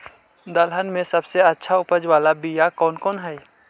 दलहन में सबसे उपज बाला बियाह कौन कौन हइ?